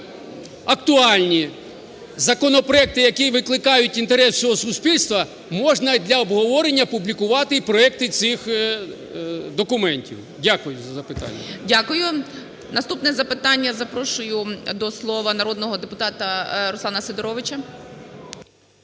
актуальні законопроекти, які викликають інтерес всього суспільства, можна для обговорення публікувати і проекти цих документів. Дякую за запитання. ГОЛОВУЮЧИЙ. Дякую. Наступне запитання запрошую до слова народного депутата Руслана Сидоровича.